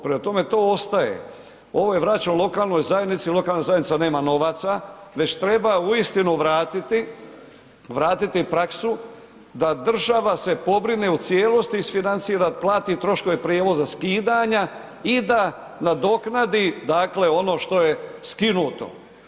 Prema tome to ostaje, ovaj vraća lokalnoj zajednici, lokalna zajednica nema novaca već treba uistinu vratiti praksu da država se pobrine u cijelosti, isfinancira, plati troškove prijevoza, skidanja i da nadoknadi dakle ono što je skinuto.